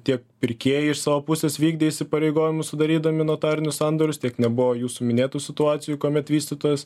tiek pirkėjai iš savo pusės vykdė įsipareigojimus sudarydami notarinius sandorius tiek nebuvo jūsų minėtų situacijų kuomet vystytojas